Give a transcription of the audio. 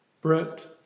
Brett